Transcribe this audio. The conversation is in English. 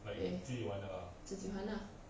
eh 自己换 lah